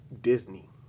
Disney